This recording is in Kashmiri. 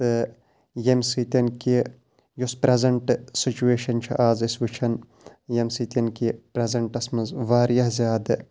تہٕ ییٚمہِ سۭتۍ کہِ یُس پرٛزَنٹ سُچویشَن چھِ اَز أسۍ وٕچھان ییٚمہِ سۭتۍ کہِ پرٛزَنٛٹَس منٛز واریاہ زیادٕ